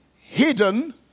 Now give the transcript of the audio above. hidden